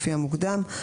לפי המוקדם.